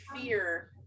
fear